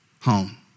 home